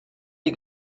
die